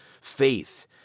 faith